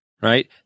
right